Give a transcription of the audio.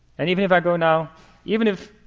and even if i go now even if